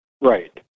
Right